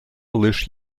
лиш